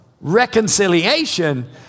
reconciliation